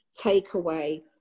takeaway